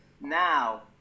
Now